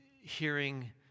hearing